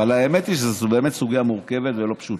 אבל האמת היא שזו באמת סוגיה מורכבת ולא פשוטה.